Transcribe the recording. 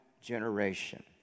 generation